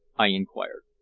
i inquired.